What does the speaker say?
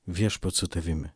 viešpats su tavimi